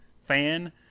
fan